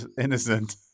innocent